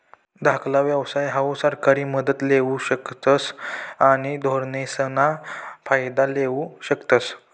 धाकला व्यवसाय हाऊ सरकारी मदत लेवू शकतस आणि धोरणेसना फायदा लेवू शकतस